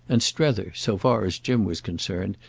and strether, so far as jim was concerned,